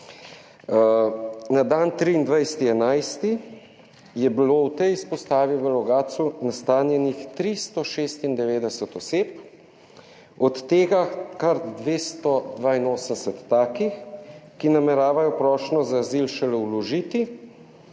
Na dan 23. 11. je bilo v tej izpostavi v Logatcu nastanjenih 396 oseb, od tega kar 282 takih, ki nameravajo prošnjo za azil šele vložiti